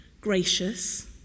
gracious